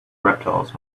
reptiles